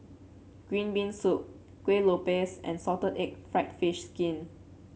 Green Bean Soup Kuih Lopes and Salted Egg fried fish skin